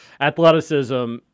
Athleticism